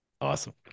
Awesome